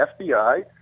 fbi